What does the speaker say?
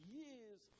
years